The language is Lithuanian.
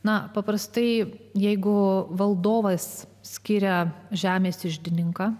na paprastai jeigu valdovas skiria žemės iždininką